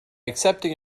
accepting